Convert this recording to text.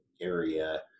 area